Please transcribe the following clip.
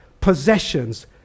possessions